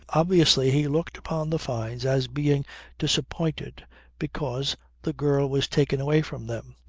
obviously he looked upon the fynes as being disappointed because the girl was taken away from them.